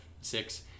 six